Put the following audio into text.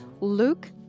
Luke